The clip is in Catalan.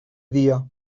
dia